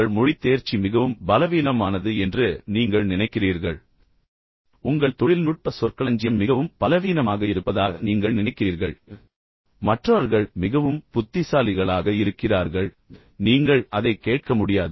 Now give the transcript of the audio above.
உங்கள் மொழித் தேர்ச்சி மிகவும் பலவீனமானது என்று நீங்கள் நினைக்கிறீர்கள் நீங்கள் ஆங்கிலத்தில் அந்த நபரின் பேச்சைக் கேட்க முடியாது அல்லது உங்கள் தொழில்நுட்ப சொற்களஞ்சியம் மிகவும் பலவீனமாக இருப்பதாக நீங்கள் நினைக்கிறீர்கள் மற்றவர்கள் மிகவும் புத்திசாலிகளாக இருக்கிறார்கள் நீங்கள் அதைக் கேட்க முடியாது